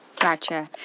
Gotcha